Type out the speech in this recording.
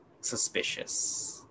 suspicious